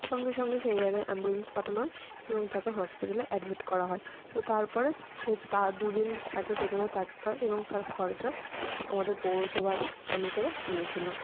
সঙ্গে সঙ্গে সেই জায়গায় অ্যাম্বুলেন্স পাঠানো হয় এবং তাকে হসপিটালে অ্যাডমিট করা হয় তো তার পরে সে তা দুদিন তাকে সেইখানে থাকতে হয় এবং তার খরচা আমাদের পৌরসভার মানুষেরা দিয়েছিল